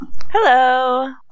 Hello